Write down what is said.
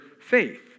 faith